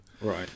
Right